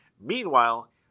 Meanwhile